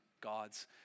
God's